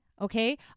Okay